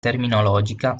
terminologica